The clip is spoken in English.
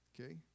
Okay